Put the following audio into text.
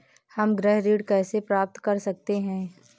हम गृह ऋण कैसे प्राप्त कर सकते हैं?